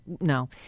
No